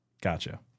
gotcha